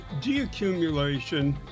deaccumulation